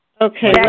Okay